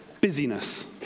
busyness